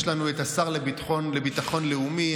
יש לנו את השר לביטחון לאומי.